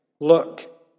look